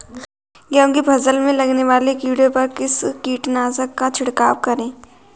गेहूँ की फसल में लगने वाले कीड़े पर किस कीटनाशक का छिड़काव करें?